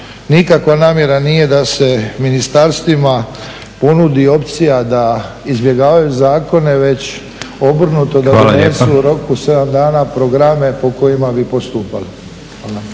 Nikakva namjera nije da se ministarstvima ponudi opcija da izbjegavaju zakone već obrnuto da donesu u roku od 7 dana programe po kojima bi postupali.